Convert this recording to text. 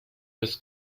des